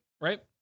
right